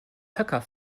höcker